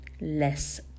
less